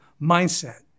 mindset